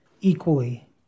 equally